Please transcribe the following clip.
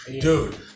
Dude